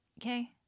okay